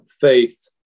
faith